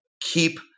keep